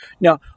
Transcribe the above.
Now